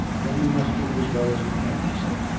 then we must do as well as we can, he said.